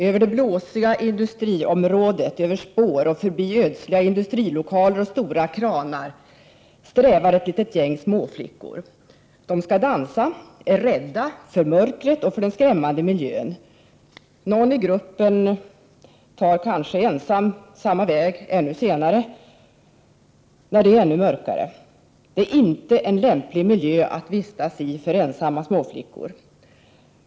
Över det blåsiga industriområdet, över spår och förbi ödsliga industrilokaler och stora kranar strävar ett litet gäng småflickor. De skall dansa, de är rädda för mörkret och för den skrämmande miljön. Någon i gruppen tar kanske ensam samma väg ännu senare när det är ännu mörkare. Det är inte en lämplig miljö för ensamma småflickor att vistas i.